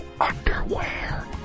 underwear